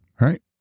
right